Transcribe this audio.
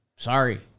Sorry